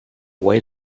wait